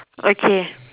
okay